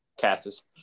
Cassis